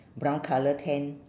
brown colour tent